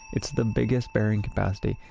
it's the biggest bearing capacity,